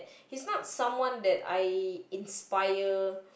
he's not someone that I inspire